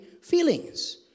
feelings